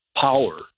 power